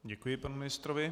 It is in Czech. Děkuji panu ministrovi.